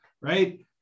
right